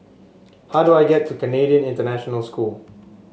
how do I get to Canadian International School